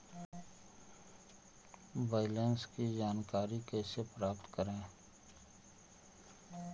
Balance की जानकारी कैसे प्राप्त करे?